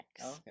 okay